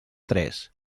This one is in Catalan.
tres